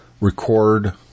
record